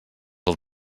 del